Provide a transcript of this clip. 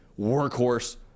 workhorse